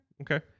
okay